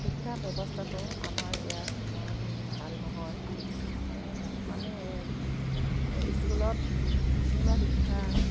শিক্ষা ব্যৱস্থাটো আমাৰ ইয়াত ইমান ভাল নহয় মানে এই স্কুলত স্কুলত শিক্ষা